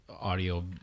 audio